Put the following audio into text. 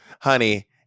honey